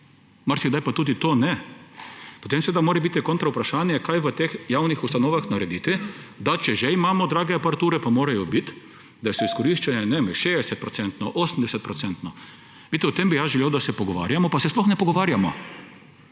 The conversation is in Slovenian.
marsikdaj pa tudi to ne, potem mora biti kontra vprašanje, kaj v teh javnih ustanovah narediti, da če že imamo drage aparature, pa morajo biti, da so izkoriščene 60-odstotno, 80-odstotno. O tem bi jaz želel, da se pogovarjamo, pa se sploh ne pogovarjamo.